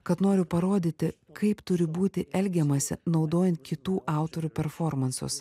kad noriu parodyti kaip turi būti elgiamasi naudojant kitų autorių performansus